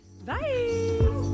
Bye